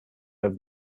over